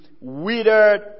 withered